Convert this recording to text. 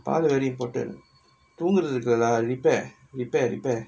பால வெளிய போட்டு தூங்குரதுக்குலா நா:paala veliya pottu toongurathukku naa repair repair repair